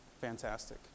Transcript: Fantastic